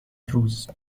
روز